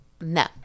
no